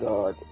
God